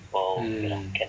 mm